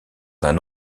d’un